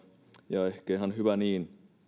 ja ehkä ihan hyvä niin